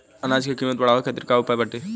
अनाज क कीमत बढ़ावे खातिर का उपाय बाटे?